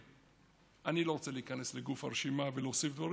אני לא רוצה להיכנס לגוף הרשימה ולהוסיף דברים.